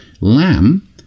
lamb